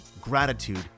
gratitude